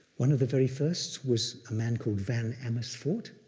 one of the very first was a man called van ameersfort.